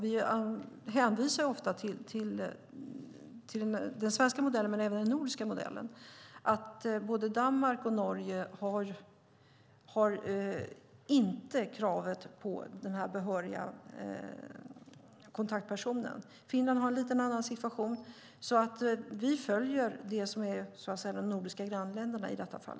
Vi hänvisar ofta till den svenska modellen men även till den nordiska modellen. Varken Danmark eller Norge ställer krav på en behörig kontaktperson. Finland har en lite annorlunda situation. Vi följer alltså de nordiska grannländerna i detta fall.